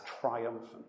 triumphant